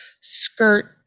skirt